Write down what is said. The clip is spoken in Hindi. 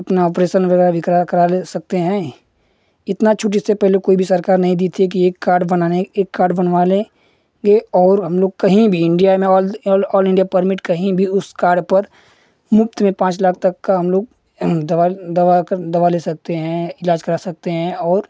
अपना ऑपरेसन वगैरह भी करा करा ले सकते हैं इतना छूट इससे पहले कोई भी सरकार नहीं दी थी कि एक कार्ड बनाने एक कार्ड बनवा लें गे और हम लोग कहीं भी इंडिया में all all all India permit कहीं भी उस कार्ड पर मुफ़्त में पाँच लाख तक का हम लोग दवा दवा कर दवा ले सकते हैं इलाज करा सकते हैं और